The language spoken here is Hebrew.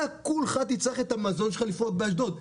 אתה כולך תצטרך את המזון שלך לפרוק באשדוד.